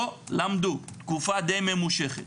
לא למדו תקופה די ממושכת,